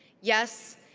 yes,